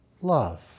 love